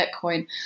Bitcoin